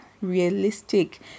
realistic